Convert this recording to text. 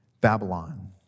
Babylon